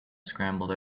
scrambled